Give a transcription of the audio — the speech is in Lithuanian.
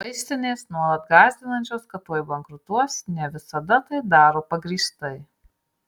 vaistinės nuolat gąsdinančios kad tuoj bankrutuos ne visada tai daro pagrįstai